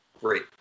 great